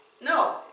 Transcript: No